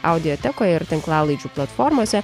audiotekoje ir tinklalaidžių platformose